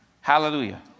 Hallelujah